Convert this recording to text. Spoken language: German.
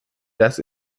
dass